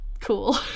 cool